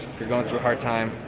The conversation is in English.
if you're going through a hard time,